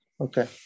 Okay